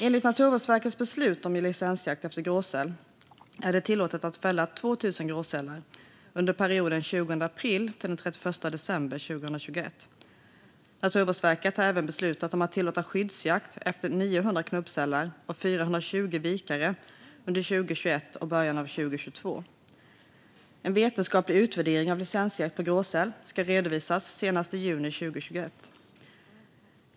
Enligt Naturvårdsverkets beslut om licensjakt på gråsäl är det tillåtet att fälla 2 000 gråsälar under perioden 20 april-31 december 2021. Naturvårdsverket har även beslutat att tillåta skyddsjakt på 900 knubbsälar och 420 vikare under 2021 och början av 2022. En vetenskaplig utvärdering av licensjakten på gråsäl ska redovisas senast i juni 2021.